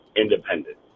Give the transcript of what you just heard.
independent